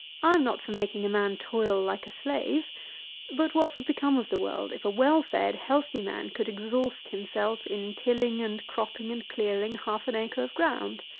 i am not for making a man toil like a slave but what would become of the world, if a well-fed healthy man could exhaust himself in tilling and cropping and clearing half an acre of ground?